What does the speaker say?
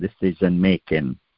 decision-making